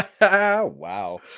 Wow